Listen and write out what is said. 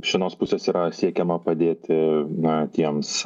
iš vienos pusės yra siekiama padėti na tiems